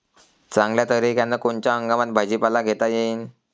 चांगल्या तरीक्यानं कोनच्या हंगामात भाजीपाला घेता येईन?